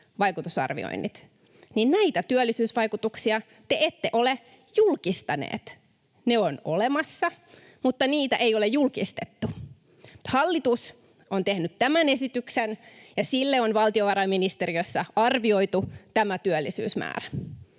vaikutusarvioinnit, niin näitä työllisyysvaikutuksia te ette ole julkistaneet. Ne ovat olemassa, mutta niitä ei ole julkistettu. Hallitus on tehnyt tämän esityksen, ja sille on valtiovarainministeriössä arvioitu tämä työllisyysmäärä,